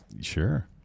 Sure